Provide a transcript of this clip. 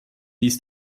ließ